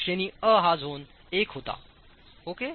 श्रेणी अ हाझोनI होताओके